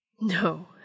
No